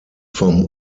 vom